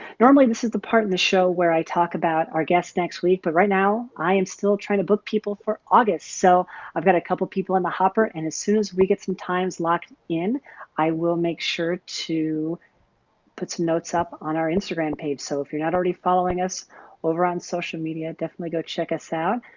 normally this is the part in the show where i talk about our guest next week but right now i am still trying to book people for august. so i've got a couple people in the hopper and as soon as we get some times locked in i will make sure to put some notes up on our instagram page. so if you're not already following us over on social media definitely go check us out.